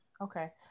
Okay